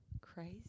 crazy